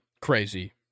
Crazy